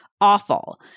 awful